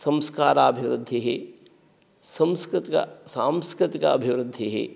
संस्काराभिवृद्धिः संस्कृतिक सांस्कृतिक अभिवृद्धिः